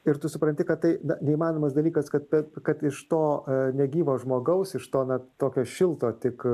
ir tu supranti kad tai neįmanomas dalykas kad bet kad iš to negyvo žmogaus iš to na tokio šilto tik